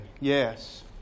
Yes